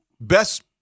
best